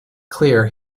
clear